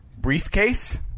briefcase